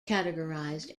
categorized